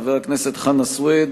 חבר הכנסת חנא סוייד